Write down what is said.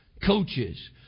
coaches